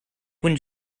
kun